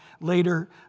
later